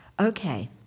Okay